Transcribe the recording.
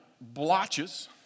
blotches